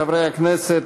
חבר הכנסת,